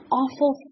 awful